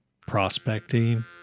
prospecting